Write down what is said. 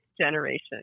generation